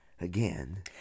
again